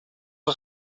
oes